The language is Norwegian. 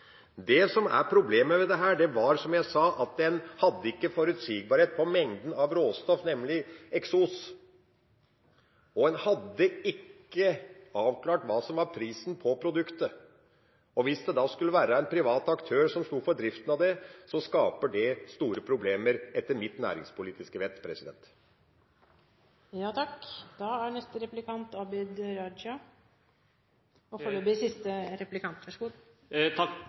Det som var problemet ved dette, var – som jeg sa – at en ikke hadde forutsigbarhet på mengden av råstoff, nemlig eksos, og en hadde ikke avklart hva som var prisen på produktet. Hvis det skulle være en privat aktør som sto for driften av det, ville det, etter mitt næringspolitiske vett, skape store problemer. Da